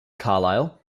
carlyle